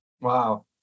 Wow